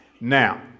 Now